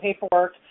paperwork